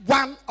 one